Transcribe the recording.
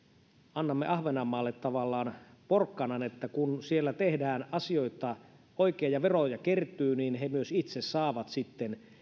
annamme ahvenanmaalle tavallaan porkkanan että kun siellä tehdään asioita oikein ja veroja kertyy niin he myös itse saavat sitten